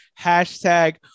Hashtag